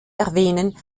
erwähnen